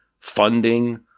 funding